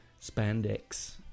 spandex